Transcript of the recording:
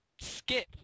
skip